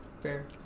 Fair